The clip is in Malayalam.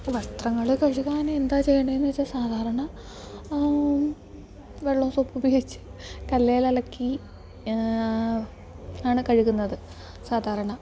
വസ്ത്രങ്ങൾ കഴുകാൻ എന്താ ചെയ്യുന്നത് എന്ന് വെച്ചാൽ സാധാരണ വെള്ളം സോപ്പ് ഉപയോഗിച്ച് കല്ലിൽ അലക്കി ആണ് കഴുകുന്നത് സാധാരണ